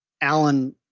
Alan